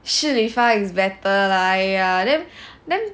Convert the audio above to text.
Shi Li Fang is better lah !aiya! then then